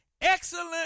excellent